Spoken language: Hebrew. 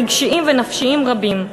רגשיים ונפשיים רבים.